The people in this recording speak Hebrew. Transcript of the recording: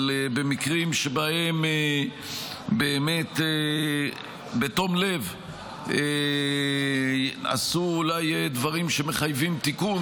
-- במקרים שבהם באמת בתום לב הם עשו אולי דברים שמחייבים תיקון,